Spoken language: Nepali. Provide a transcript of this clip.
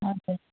हजुर